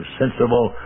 sensible